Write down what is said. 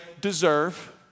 deserve